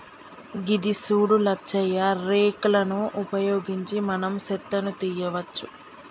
గిది సూడు లచ్చయ్య రేక్ లను ఉపయోగించి మనం సెత్తను తీయవచ్చు